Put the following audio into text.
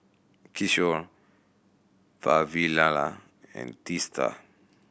Kishore Vavilala and Teesta